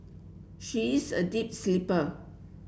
she is a deep sleeper